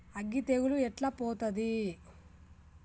అగ్గి తెగులు ఎట్లా పోతది?